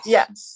Yes